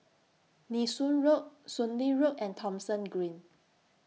Nee Soon Road Soon Lee Road and Thomson Green